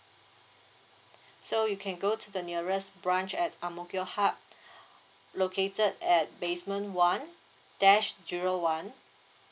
so you can go to the nearest branch at ang mo kio hub located at basement one dash zero one